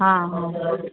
ହଁ ହଁ